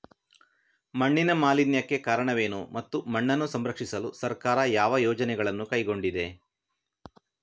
ಮಣ್ಣಿನ ಮಾಲಿನ್ಯಕ್ಕೆ ಕಾರಣವೇನು ಮತ್ತು ಮಣ್ಣನ್ನು ಸಂರಕ್ಷಿಸಲು ಸರ್ಕಾರ ಯಾವ ಯೋಜನೆಗಳನ್ನು ಕೈಗೊಂಡಿದೆ?